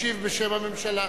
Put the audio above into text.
תשיב בשם הממשלה.